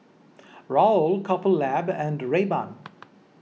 Raoul Couple Lab and Rayban